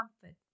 comfort